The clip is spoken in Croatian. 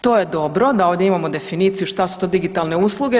To je dobro da ovdje imamo definiciju šta su to digitalne usluge.